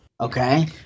Okay